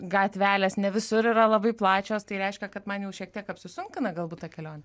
gatvelės ne visur yra labai plačios tai reiškia kad man jau šiek tiek apsunkina galbūt ta kelionė